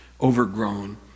overgrown